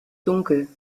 dunkel